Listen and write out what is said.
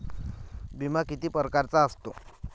बिमा किती परकारचा असतो?